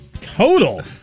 Total